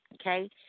okay